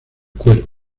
cuero